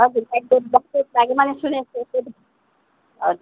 हजुर सुनेको थिएँ हजुर